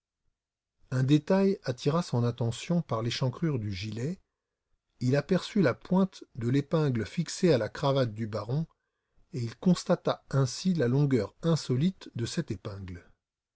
un détail attira son attention par l'échancrure du gilet il aperçut la pointe de l'épingle fixée à la cravate du baron et il constata ainsi la longueur insolite de cette épingle